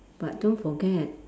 but don't forget